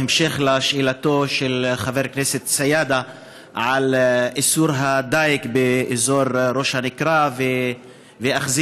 בהמשך לשאלתו של חבר הכנסת סידה על איסור הדיג באזור ראש הנקרה ואכזיב,